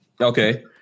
Okay